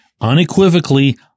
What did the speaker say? unequivocally